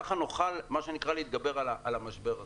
כך נוכל להתגבר על המשבר הזה.